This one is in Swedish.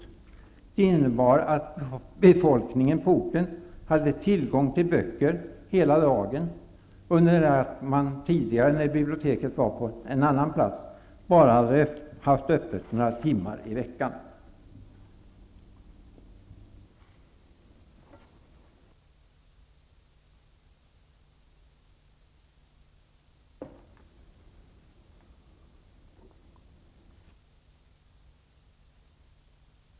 Det innebar att befolkningen på orten hade tillgång till böcker hela dagen. När biblioteket fanns på en annan plats hade det bara varit öppet ett par timmar i veckan.